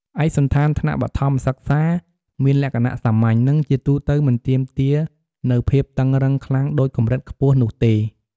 ឯកសណ្ឋានថ្នាក់បឋមសិក្សាមានលក្ខណៈសាមញ្ញ និងជាទូទៅមិនទាមទារនូវភាពតឹងរ៉ឹងខ្លាំងដូចកម្រិតខ្ពស់នោះទេ។